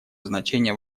значение